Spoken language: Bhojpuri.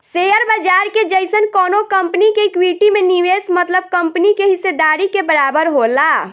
शेयर बाजार के जइसन कवनो कंपनी के इक्विटी में निवेश मतलब कंपनी के हिस्सेदारी के बराबर होला